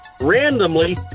randomly